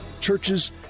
churches